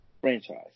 franchise